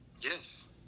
Yes